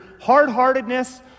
hard-heartedness